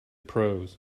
prose